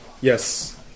Yes